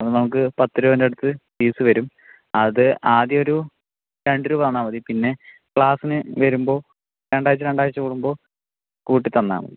അത് നമുക്ക് പത്ത് രൂപേൻ്റെ അടുത്ത് ഫീസ് വരും അത് ആദ്യം ഒരു രണ്ട് രൂപ തന്നാൽ മതി പിന്നെ ക്ലാസ്സിന് വരുമ്പോൾ രണ്ടാഴ്ച രണ്ടാഴ്ച കൂടുമ്പോൾ കൂട്ടി തന്നാൽ മതി